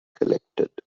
collected